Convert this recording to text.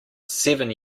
seven